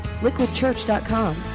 Liquidchurch.com